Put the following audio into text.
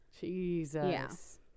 jesus